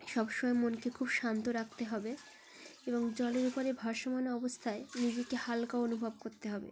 সবসময় মনকে খুব শান্ত রাখতে হবে এবং জলের উপরে ভাসমান অবস্থায় নিজেকে হালকা অনুভব করতে হবে